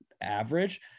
average